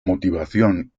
motivación